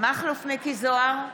מכלוף מיקי זוהר,